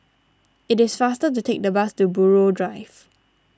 it is faster to take the bus to Buroh Drive